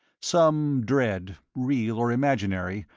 some dread, real or imaginary,